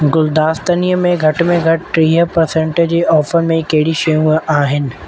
गुलदास्तनीअ में घटि में घटि टीह परसंट जी ऑफर में कहिड़ियूं शयूं आहिनि